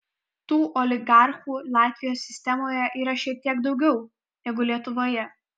tų oligarchų latvijos sistemoje yra šiek tiek daugiau negu lietuvoje